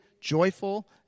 joyful